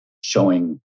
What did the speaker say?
showing